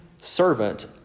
servant